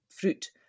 fruit